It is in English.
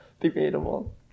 debatable